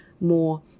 more